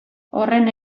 horren